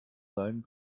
seinen